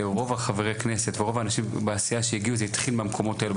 שרוב חברי הכנסת ורוב האנשים בעשייה זה התחיל במקומות האלו,